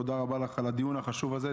תודה רבה לך על הדיון החשוב הזה,